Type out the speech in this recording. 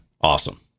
awesome